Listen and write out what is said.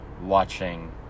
watching